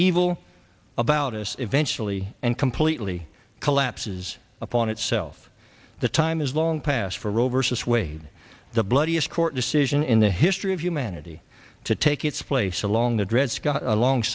evil about us eventually and completely collapses upon itself the time is long past for roe versus wade the bloodiest court decision in the history of humanity to take its place along the